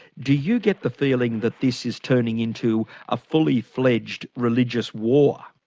do you get the feeling that this is turning into a fully-fledged religious war?